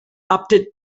opted